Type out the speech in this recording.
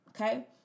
okay